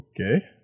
Okay